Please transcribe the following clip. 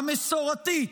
המסורתית,